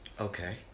Okay